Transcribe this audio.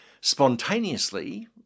spontaneously